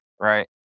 right